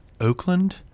Oakland